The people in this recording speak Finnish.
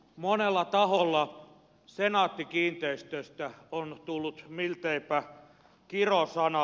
monella taholla senaatti kiinteistöistä on tullut milteipä kirosana